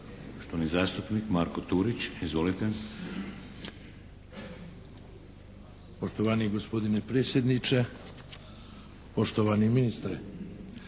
poštovani ministre.